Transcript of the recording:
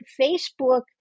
Facebook